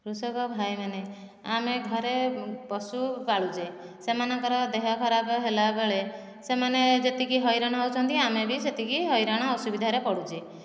କୃଷକ ଭାଈମାନେ ଆମେ ଘରେ ପଶୁ ପାଳୁଛେ ସେମାନଙ୍କର ଦେହ ଖରାପ ହେଲାବେଳେ ସେମାନେ ଯେତିକି ହଇରାଣ ହେଉଛନ୍ତି ଆମେ ବି ସେତିକି ହଇରାଣ ଅସୁବିଧାରେ ପଡୁ଼ଛେ